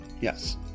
Yes